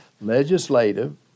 legislative